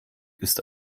ist